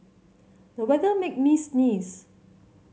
the weather made me sneeze